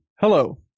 Hello